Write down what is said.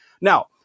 Now